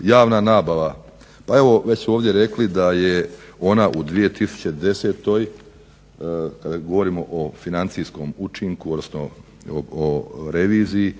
Javna nabave, pa evo već su ovdje rekli da je ona u 2010.kada govorimo o financijskom učinku odnosno reviziji